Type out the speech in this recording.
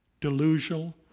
delusional